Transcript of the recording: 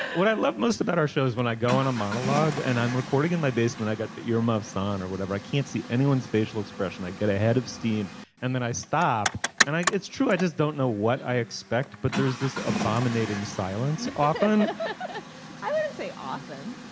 what i love most about our show is when i go on a monologue and i'm recording in my basement i get that you're my son or whatever i can't see anyone's facial expression. i get a a head of steam and then i stop and i it's true i just don't know what i expect. but there is this obama dating silence often i wouldn't say often